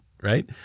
right